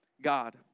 God